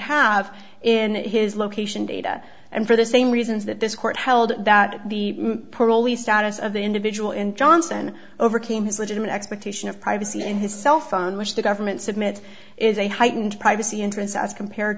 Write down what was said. have in his location data and for the same reasons that this court held that the parolee status of the individual and johnson overcame his legitimate expectation of privacy in his cell phone which the government submit is a heightened privacy interests as compared